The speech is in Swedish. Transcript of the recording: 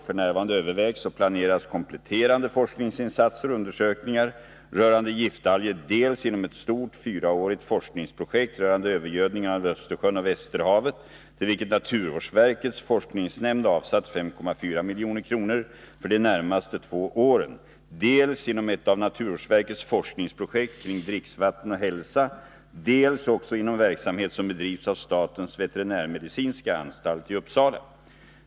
F. n. övervägs och planeras kompletterande forskningsinsatser och undersökningar rörande giftalger dels inom ett stort, fyraårigt forskningsprogjekt rörande övergödningen av Östersjön och Västerhavet, till vilket naturvårdsverkets forskningsnämnd avsatt 5,4 milj.kr. för de närmaste två åren, dels inom ett av naturvårdsverkets forskningsprojekt kring dricksvatten och hälsa, dels också inom verksamhet som bedrivs av statens veterinärmedicinska anstalt i Uppsala.